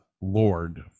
Lord